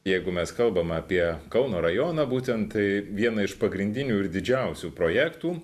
jeigu mes kalbam apie kauno rajoną būtent tai vieną iš pagrindinių ir didžiausių projektų